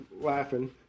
laughing